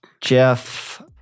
Jeff